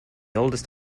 oldest